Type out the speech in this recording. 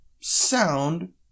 sound